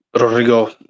Rodrigo